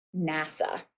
NASA